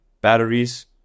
batteries